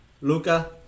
Luca